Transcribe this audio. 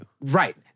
Right